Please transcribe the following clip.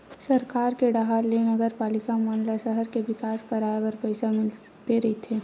सरकार के डाहर ले नगरपालिका मन ल सहर के बिकास कराय बर पइसा मिलते रहिथे